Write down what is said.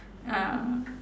uh